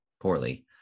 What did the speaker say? poorly